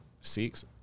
six